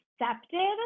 accepted